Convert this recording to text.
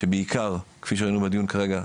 שבעיקר כפי שראינו בדיון כרגע,